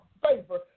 favor